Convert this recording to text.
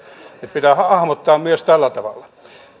pitää hahmottaa myös tällä tavalla